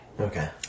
Okay